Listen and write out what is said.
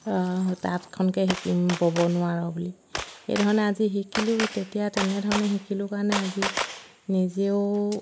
তাঁতখনকে শিকি ব'ব নোৱাৰ' বুলি সেইধৰণে আজি শিকিলোঁ তেতিয়া তেনেধৰণে শিকিলোঁ কাৰণে আজি নিজেও